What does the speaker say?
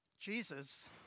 Jesus